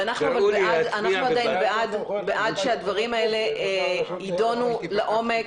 ואנחנו בעד שהדברים האלה יידונו לעומק,